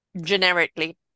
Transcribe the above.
generically